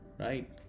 right